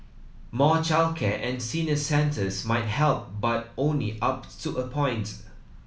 more childcare and senior centres might help but only up to a point